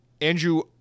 Andrew